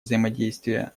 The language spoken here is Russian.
взаимодействие